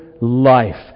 life